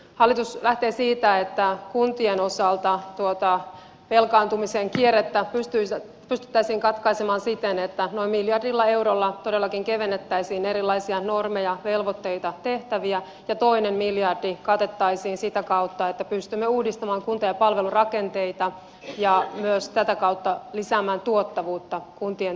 hallitus lähtee siitä että kuntien osalta tuota velkaantumisen kierrettä pystyttäisiin katkaisemaan siten että noin miljardilla eurolla todellakin kevennettäisiin erilaisia normeja velvoitteita tehtäviä ja toinen miljardi katettaisiin sitä kautta että pystymme uudistamaan kunta ja palvelurakenteita ja myös tätä kautta lisäämään tuottavuutta kuntien toimintaan